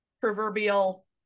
proverbial